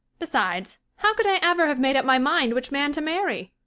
besides, how could i ever have made up my mind which man to marry?